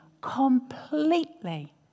completely